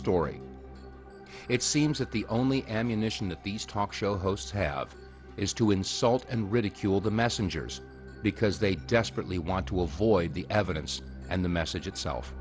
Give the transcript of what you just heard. story it seems that the only ammunition that these talk show hosts have is to insult and ridicule the messengers because they desperately want to avoid the evidence and the message itself